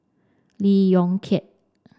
Lee Yong Kiat